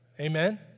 Amen